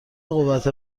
قوت